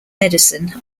medicine